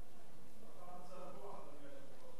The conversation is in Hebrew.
יש לך מצב רוח, אדוני היושב-ראש.